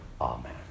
Amen